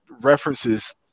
references